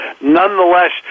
nonetheless